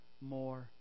more